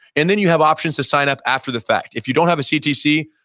and then you have options to sign up after the fact. if you don't have a ctc,